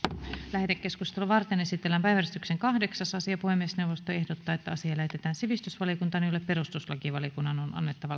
lähetekeskustelua varten esitellään päiväjärjestyksen kahdeksas asia puhemiesneuvosto ehdottaa että asia lähetetään sivistysvaliokuntaan jolle perustuslakivaliokunnan on